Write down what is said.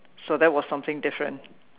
so that was something different